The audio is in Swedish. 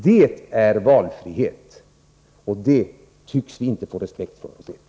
Det är valfrihet, och det tycks vi inte få respekt för från er sida.